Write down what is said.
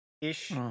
ish